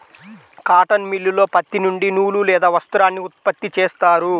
cotton మిల్లులో పత్తి నుండి నూలు లేదా వస్త్రాన్ని ఉత్పత్తి చేస్తారు